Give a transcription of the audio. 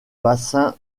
bassin